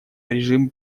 режим